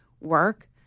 work